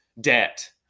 debt